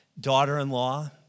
daughter-in-law